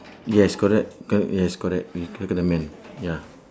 yes correct correct yes correct we circle the man ya